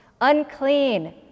Unclean